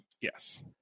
Yes